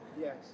Yes